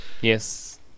Yes